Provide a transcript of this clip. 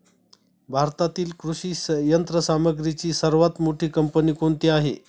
भारतातील कृषी यंत्रसामग्रीची सर्वात मोठी कंपनी कोणती आहे?